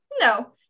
No